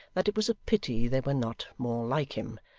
that it was a pity there were not more like him,